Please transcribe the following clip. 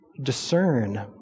discern